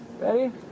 Ready